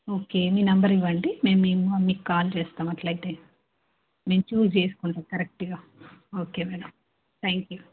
okay మీ number ఇవ్వండి మేము మేము మిమల్ని కాల్ చేస్తాం అలా అయితే మేము చూస్ చేసుకుంటాము కరెక్ట్గా ఓకే మేడం థ్యాంక్యూ